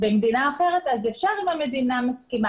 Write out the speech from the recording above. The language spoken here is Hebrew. במדינה אחרת, אפשר, אם המדינה מסכימה.